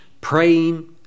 praying